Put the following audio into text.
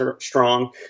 strong